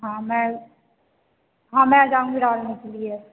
हाँ मैं हाँ मैं आ जाऊँगी डालने के लिए